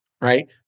right